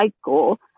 cycle